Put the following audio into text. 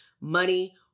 money